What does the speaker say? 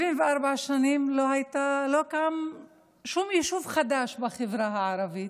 74 שנים לא קם שום יישוב חדש בחברה הערבית,